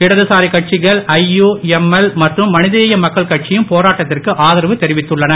இடதுசாரி கட்சிகள் ஐயுஎம்எல் மற்றும் மனிதநேய மக்கள் கட்சியும் போராட்டத்திற்கு ஆதரவு அறிவித்துள்ளனர்